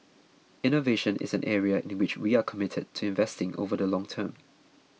innovation is an area in which we are committed to investing over the long term